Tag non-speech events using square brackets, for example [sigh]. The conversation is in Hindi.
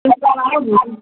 किस टाइम आओगी [unintelligible]